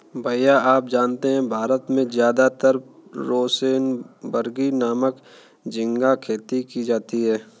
भैया आप जानते हैं भारत में ज्यादातर रोसेनबर्गी नामक झिंगा खेती की जाती है